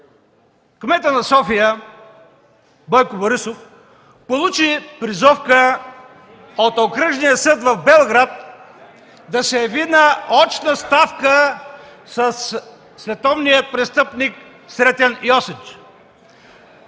кметът на София Бойко Борисов получи призовка от Окръжния съд в Белград да се яви на очна ставка със световния престъпник Сретен Йосич.